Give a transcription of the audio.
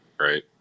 right